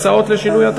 הצעות לשינוי התקנון.